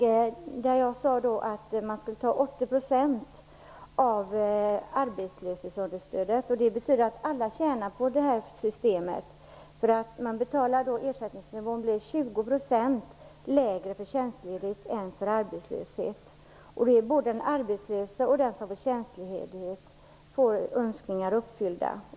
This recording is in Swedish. Jag sade att man skulle betala 80 % av arbetslöshetsunderstödet för detta. Det skulle betyda att alla skulle tjäna på systemet. Ersättningsnivån skulle bli Både den arbetslöse och den som tar ut tjänstledighet får då egna önskningar uppfyllda.